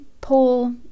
pull